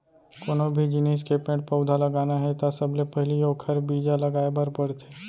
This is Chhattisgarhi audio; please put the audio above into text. कोनो भी जिनिस के पेड़ पउधा लगाना हे त सबले पहिली ओखर बीजा लगाए बर परथे